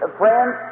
friends